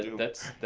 that's